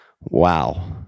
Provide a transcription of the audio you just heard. Wow